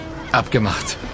Abgemacht